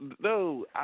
No